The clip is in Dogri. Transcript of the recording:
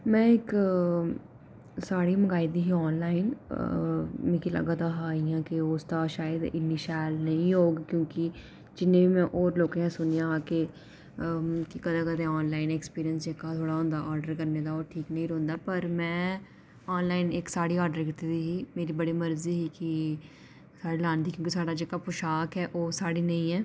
में इक साह्ड़ी मंगाई दी ही आनलाइन मिकी लग्गा दा हा इ'यां कि उसदा शायद इन्नी शैल नेईं होग क्योंकि जिन्ने बी में होर लोकें गी सुनेआ हा कि अम्म कदें कदें आनलाइन एक्सपीरियंस जेह्का थोह्ड़ा ओह् होंदा आर्डर करने दा ओह् ठीक नेईं रौंह्दा पर में ऑनलाइन इक साह्ड़ी आर्डर कीती दी ही मेरी बड़ी मर्जी ही कि साह्ड़ी लान दी की जे साढ़ा जेह्का पोशाक ऐ ओह् साह्ड़ी नेईं ऐ